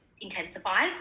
intensifies